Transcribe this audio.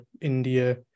india